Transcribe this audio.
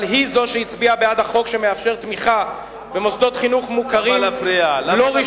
אבל היא שהצביעה בעד החוק שמאפשר תמיכה במוסדות חינוך מוכרים לא רשמיים.